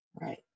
Right